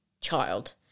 child